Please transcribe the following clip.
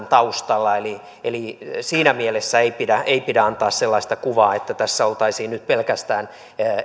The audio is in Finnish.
taustalla siinä mielessä ei pidä ei pidä antaa sellaista kuvaa että tässä oltaisiin nyt puuttumassa pelkästään